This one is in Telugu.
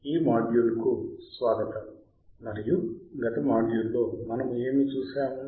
ఈ మాడ్యూల్కు స్వాగతం మరియు గత మాడ్యూల్లో మనము ఏమి చూశాము